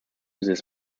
this